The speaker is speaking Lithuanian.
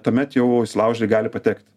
tuomet jau įsilaužėliai gali patekt